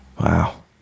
Wow